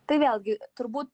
tai vėlgi turbūt